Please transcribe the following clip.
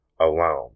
alone